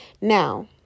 Now